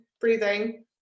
breathing